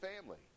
family